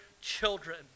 children